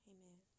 Amen